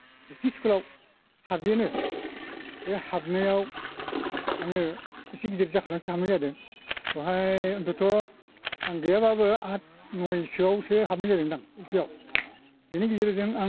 LP स्कुलाव हाबजेनो बे हाबनायाव आङो एसे गिदिर जाखानानसो हाबनाय जादों बहाय अन्थ'थ' आं गैया बाबो आद नय सोयावसो हाबनाय जादोंदां एल्पियाव बेनि गेजेरजों आं